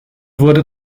wurde